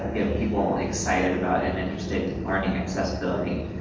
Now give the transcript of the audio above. get people excited about and interested in marketing accessibility,